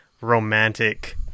romantic